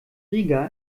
riga